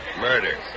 Murder